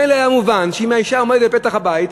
ממילא היה מובן שאם האישה עומדת בפתח הבית,